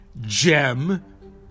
gem